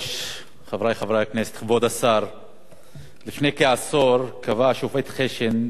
לפני כעשור קבע השופט חשין בפסק-דין שעניינו תאונת פגע-וברח,